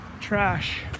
trash